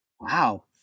Wow